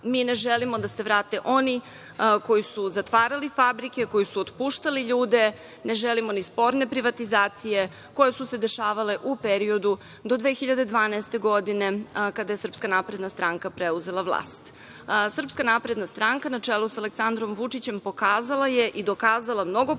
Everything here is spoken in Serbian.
ne želimo da se vrate oni koji su zatvarali fabrike, koji su otpuštali ljude, ne želimo ni sporne privatizacije koje su se dešavale u periodu do 2012. godine kada je SNS preuzela vlast. Srpska napredna stranka na čelu sa Aleksandrom Vučićem pokazala je i dokazala mnogo puta